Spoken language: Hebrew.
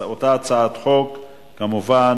אותה הצעת חוק כמובן.